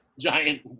giant